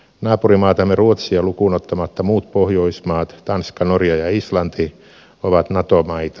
naapurimaatamme ruotsia lukuun ottamatta muut pohjoismaat tanska norja ja islanti ovat nato maita